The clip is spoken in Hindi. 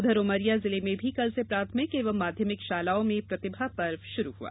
उधर उमरिया जिले में भी कल से प्राथमिक एवं माध्यमिक शालाओं में प्रतिभा पर्व शुरू हुआ